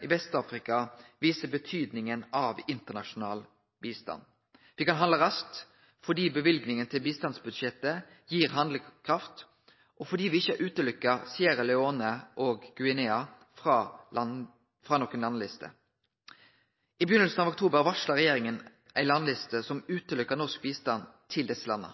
i Vest-Afrika viser betydinga av internasjonal bistand. Me kan handle raskt, fordi løyvinga i bistandsbudsjettet gir handlekraft, og fordi me ikkje har halde Sierra Leone og Guinea utanfor noka landliste. I starten av oktober varsla regjeringa om ei landliste som hindra norsk bistand til desse landa.